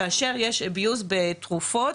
כאשר יש שימוש לרעה בתרופות,